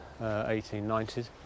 1890s